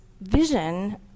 vision